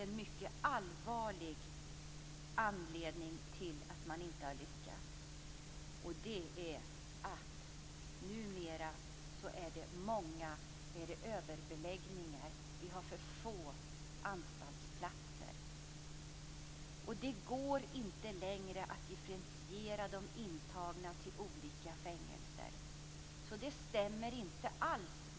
En annan allvarlig anledning till att man inte har lyckats är att det numera ofta är överbeläggning. Det finns för få anstaltsplatser. Det går inte längre att differentiera de intagna till olika fängelser.